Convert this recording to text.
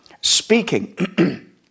speaking